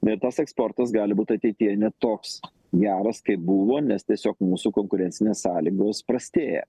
bet tas eksportas gali būti ateityje ne toks geras kaip buvo nes tiesiog mūsų konkurencinės sąlygos prastėja